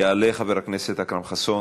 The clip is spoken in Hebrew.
יעלה חבר הכנסת אכרם חסון.